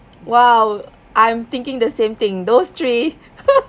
!wow! I'm thinking the same thing those three